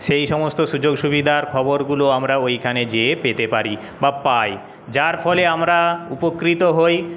সেইসমস্ত সুযোগসুবিধার খবরগুলো আমরা ওইখানে যেয়ে পেতে পারি বা পাই যার ফলে আমরা উপকৃত হই